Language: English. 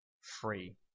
free